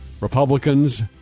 Republicans